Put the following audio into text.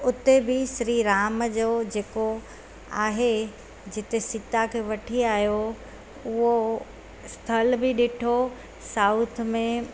उते बि श्री राम जो जेको आहे जिते सीता खे वठी आयो उहो स्थल बि ॾिठो साउथ में